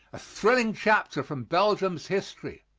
a thrilling chapter from belgium's history